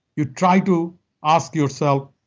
you try to ask yourself,